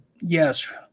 yes